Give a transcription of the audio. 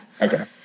Okay